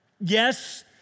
Yes